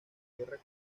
guerra